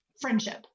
friendship